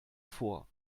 vor